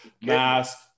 mask